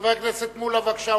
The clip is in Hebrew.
חבר הכנסת מולה, בבקשה.